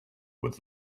with